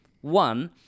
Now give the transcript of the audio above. One